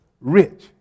rich